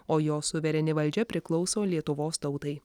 o jos suvereni valdžia priklauso lietuvos tautai